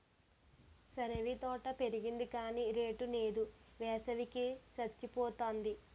సరేవీ తోట పెరిగింది గాని రేటు నేదు, వేసవి కి సచ్చిపోతాంది